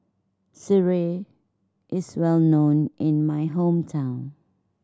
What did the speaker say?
Sireh is well known in my hometown